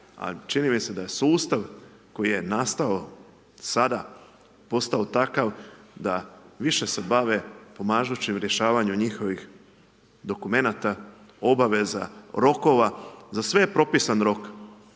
a čini mi se da je sustav koji je nastao sada, postao takav da više se bave pomažući u rješavanju njihovih dokumenata, obaveza rokova, za sve je potpisan rok.